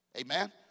amen